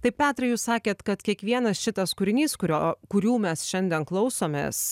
tai petrai jūs sakėt kad kiekvienas šitas kūrinys kurio kurių mes šiandien klausomės